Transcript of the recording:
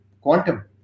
quantum